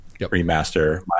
Remaster